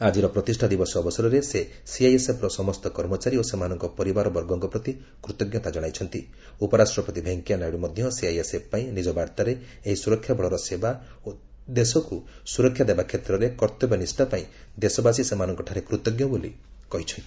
ଆଜିର ପ୍ରତିଷ୍ଠା ଦିବସ ଅବସରରେ ସେ ସିଆଇଏସଏଫ୍ର ସମସ୍ତ କର୍ମଚାରୀ ଓ ସେମାନଙ୍କ ପରିବାରବର୍ଗ ପ୍ରତି କୃତ୍ ମଧ୍ୟ ସିଆଇଏସଏଫ୍ପାଇଁ ନିଜ ବାର୍ତ୍ତାରେ ଏହି ସୁରକ୍ଷା ବଳର ସେବା ଓ ଦେଶକୁ ସୁରକ୍ଷା ଦେବା କ୍ଷେତ୍ରରେ କର୍ତ୍ତବ୍ୟନିଷ୍ଠା ପାଇଁ ଦେଶବାସୀ ସେମାନଙ୍କଠାରେ କୃତଜ୍ଞ ବୋଲି କହିଛନ୍ତି